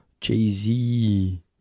Jay-Z